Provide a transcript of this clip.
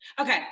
Okay